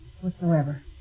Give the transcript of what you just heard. whatsoever